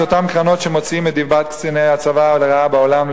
אלה אותן קרנות שמוציאות את דיבת קציני הצבא לרעה בעולם,